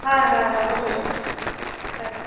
হয় হয় হয় হ'ব দিয়ক হয়